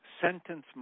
sentence